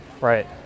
right